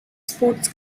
sports